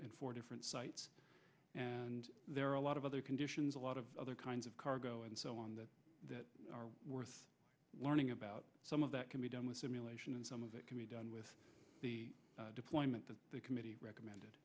at four different sites and there are a lot of other conditions a lot of other kinds of cargo and so on that are worth learning about some of that can be done with simulation and some of it can be done with the deployment that the committee recommended